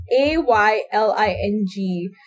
A-Y-L-I-N-G